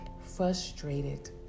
frustrated